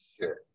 Sure